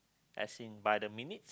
as in by the minute